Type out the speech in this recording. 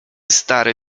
stary